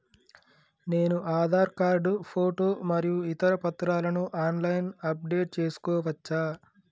నేను Aadhaar card photo మరియు ఇతర పత్రాలను ఆన్ లైన్ అప్ డెట్ చేసుకోవచ్చా?